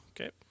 Okay